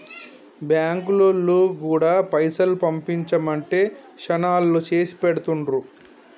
బాంకులోల్లు గూడా పైసలు పంపించుమంటే శనాల్లో చేసిపెడుతుండ్రు